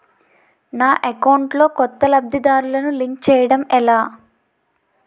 నా అకౌంట్ లో కొత్త లబ్ధిదారులను లింక్ చేయటం ఎలా?